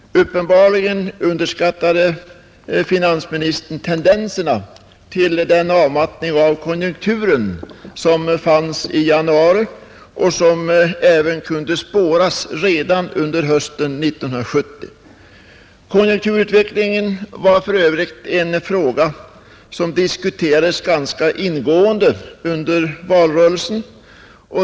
Uppenbarligen underskattade finansministern de tendenser till avmattning i konjunkturen som fanns i januari och som även kunde spåras redan under hösten 1970. Konjunkturutvecklingen var för övrigt en fråga som diskuterades ganska ingående under valrörelsen.